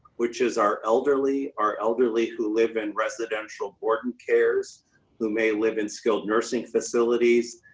which is our elderly. our elderly who live in residential board and cares who may live in skilled nursing facilities.